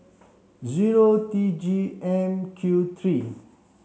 zero T G M Q three